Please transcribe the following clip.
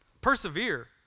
Persevere